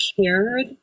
cared